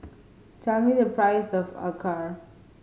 tell me the price of acar